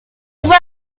world